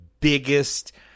biggest